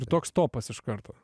ir toks topas iš karto